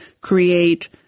create